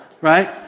right